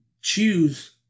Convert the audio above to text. choose